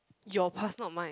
your past not mine